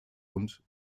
und